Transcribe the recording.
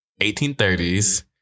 1830s